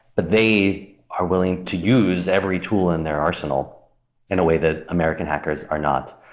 but they are willing to use every tool in their arsenal in a way that american hackers are not.